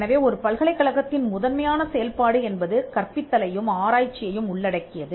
எனவே ஒரு பல்கலைக்கழகத்தின் முதன்மையான செயல்பாடு என்பது கற்பித்தலையும் ஆராய்ச்சியையும் உள்ளடக்கியது